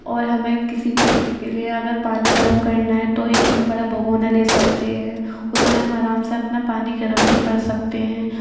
اور ہمیں کسی چیز کے لیے اگر پانی گرم کرنا ہے تو ایک ہم بڑا بھگونا لے سکتے ہیں اس میں ہم آرام سے اپنا پانی گرم بھی کر سکتے ہیں